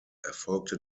erfolgte